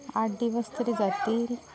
आठ दिवस तरी जातील